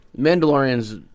Mandalorian's